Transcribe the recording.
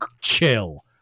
chill